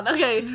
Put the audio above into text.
Okay